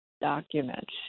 documents